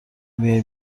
میای